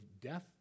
death